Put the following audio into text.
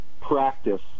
practice